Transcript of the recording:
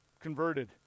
converted